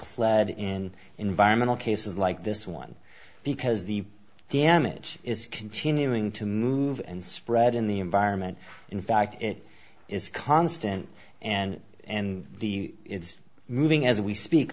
pled in environmental cases like this one because the damage is continuing to move and spread in the environment in fact it is constant and and the moving as we speak